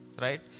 right